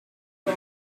god